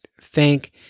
thank